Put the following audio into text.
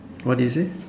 what did you say